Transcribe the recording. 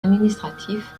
administratif